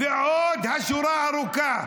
ועוד השורה ארוכה.